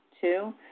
Two